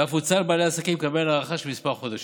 ואף הוצע לבעלי עסקים לקבל הארכה של כמה חודשים,